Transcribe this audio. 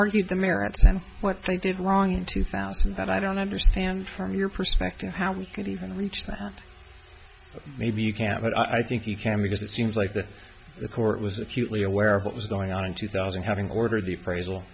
argued the merits and what they did wrong in two thousand that i don't understand from your perspective how we could even reach them maybe you can't but i think you can because it seems like the court was acutely aware of what was going on in two thousand having ordered the appraisal